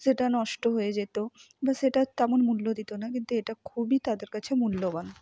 সেটা নষ্ট হয়ে যেত বা সেটার তেমন মূল্য দিত না কিন্তু এটা খুবই তাদের কাছে মূল্যবান